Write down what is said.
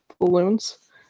balloons